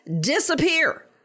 disappear